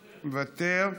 מוותר.